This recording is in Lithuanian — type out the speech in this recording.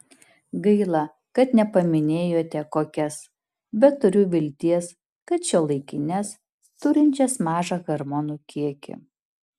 gaila kad nepaminėjote kokias bet turiu vilties kad šiuolaikines turinčias mažą hormonų kiekį